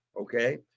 okay